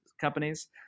companies